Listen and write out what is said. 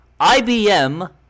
IBM